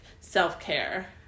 self-care